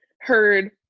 heard